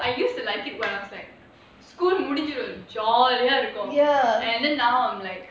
ya ya I know I used to like it when I was like school முடிஞ்சி:mudinchi jolly ah இருக்கும்:irukum and then now I'm like